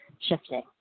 shifting